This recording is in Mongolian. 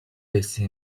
байсан